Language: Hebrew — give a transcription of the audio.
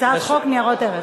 הצעת חוק ניירות ערך.